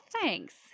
thanks